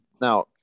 now